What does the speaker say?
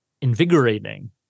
invigorating